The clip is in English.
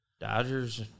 Dodgers